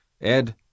Ed